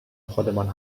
خودمان